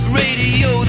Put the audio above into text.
radio